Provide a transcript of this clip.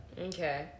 Okay